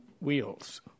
wheels